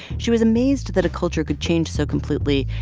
she was amazed that a culture could change so completely.